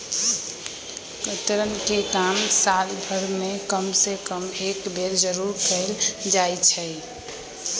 कतरन के काम साल भर में कम से कम एक बेर जरूर कयल जाई छै